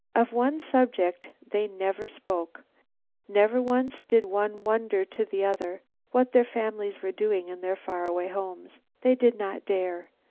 of one subject they never spoke never once did one wonder to the other what their families were doing in their far-away homes. they did not dare.